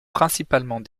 principalement